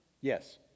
Yes